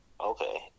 Okay